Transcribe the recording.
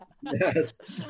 Yes